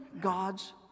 God's